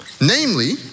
Namely